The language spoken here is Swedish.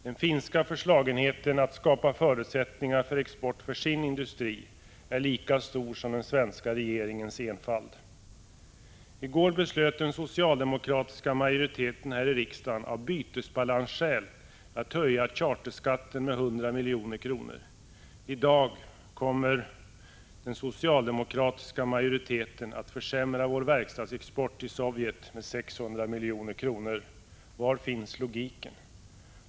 Den finska förslagenheten när det gäller att skapa förutsättningar för export för sin industri är lika stor som den svenska regeringens enfald. I går beslöt den socialdemokratiska majoriteten här i riksdagen av bytesbalansskäl att höja charterskatten med 100 milj.kr. I dag kommer den socialdemokratiska majoriteten att försämra vår verkstadsexport till Sovjet med 600 milj.kr. Var finns logiken?